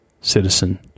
citizen